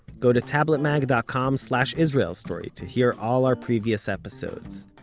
go to tabletmag dot com slash israel story to hear all our previous episodes.